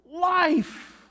life